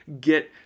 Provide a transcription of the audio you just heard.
get